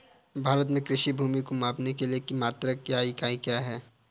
भारत में कृषि भूमि को मापने के लिए मात्रक या इकाई क्या है?